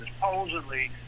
Supposedly